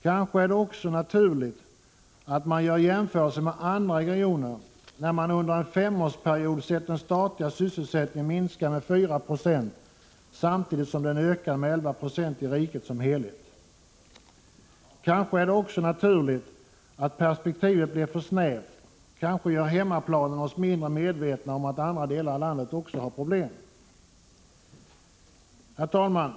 Kanske är det också naturligt att man gör jämförelser med andra regioner, när man under en femårsperiod sett den statliga sysselsättningen minska med 4 26 samtidigt som den ökar med 11 96 i riket som helhet. Kanske är det också naturligt att perspektivet blir för snävt. Kanske gör hemmaplanen oss mindre medvetna om att andra delar av landet också har problem. Herr talman!